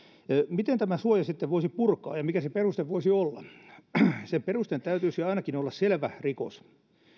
miten tämän suojan sitten voisi purkaa ja mikä se peruste voisi olla sen perusteen täytyisi ainakin olla selvä rikos